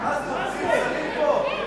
מה זה, ממציאים פה שרים?